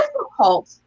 difficult